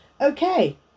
Okay